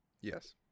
Yes